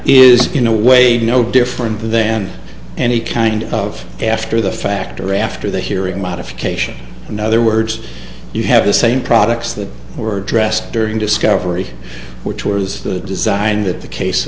a way to no different then any kind of after the fact or after the hearing modification in other words you have the same products that were addressed during discovery which was the design that the case